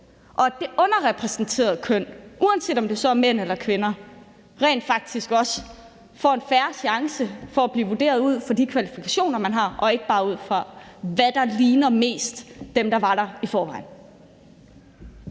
at det underrepræsenterede køn, uanset om det så er mænd eller kvinder, rent faktisk også får en fair chance for at blive vurderet ud fra de kvalifikationer, man har, og ikke bare ud fra, hvad der mest ligner dem, der var der i forvejen.